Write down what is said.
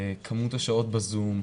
כמות השעות בזום,